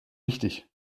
wichtig